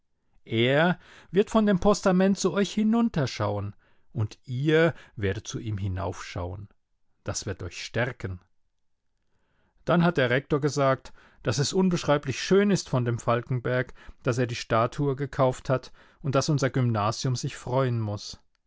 er wird von dem postament zu euch hinunterschauen und ihr werdet zu ihm hinaufschauen das wird euch stärken dann hat der rektor gesagt daß es unbeschreiblich schön ist von dem falkenberg daß er die statue gekauft hat und daß unser gymnasium sich freuen muß